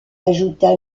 ajouta